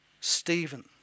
Stephen